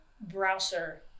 Browser